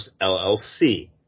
LLC